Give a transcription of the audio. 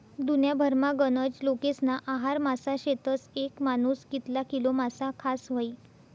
दुन्याभरमा गनज लोकेस्ना आहार मासा शेतस, येक मानूस कितला किलो मासा खास व्हयी?